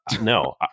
no